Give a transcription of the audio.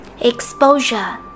Exposure